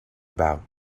about